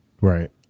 Right